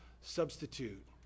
substitute